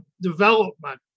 development